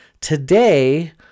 today